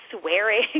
swearing